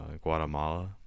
Guatemala